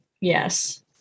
yes